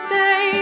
day